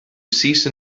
cease